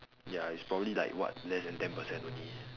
ya it's probably like what less than ten percent only